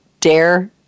dare